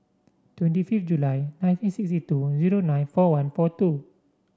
twenty fifth July nineteen sixty two zero nine four one four two